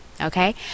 Okay